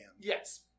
Yes